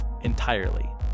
entirely